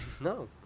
No